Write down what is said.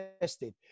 tested